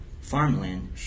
farmland